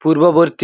পূর্ববর্তী